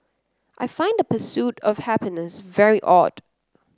I find the pursuit of happiness very odd